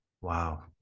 Wow